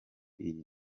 iyi